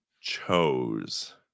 chose